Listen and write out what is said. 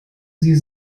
sie